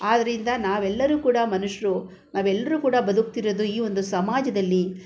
ಆದ್ದರಿಂದ ನಾವೆಲ್ಲರೂ ಕೂಡ ಮನುಷ್ಯರು ನಾವೆಲ್ಲರೂ ಕೂಡ ಬದುಕ್ತಿರೋದು ಈ ಒಂದು ಸಮಾಜದಲ್ಲಿ